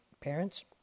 parents